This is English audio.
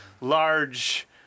large